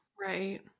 Right